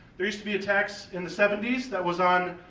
there used to be a tax in the seventy s that was on,